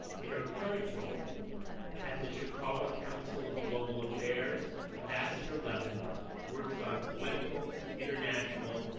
in her current role at the chicago council of global affairs, ambassador levin works on political, international,